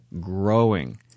growing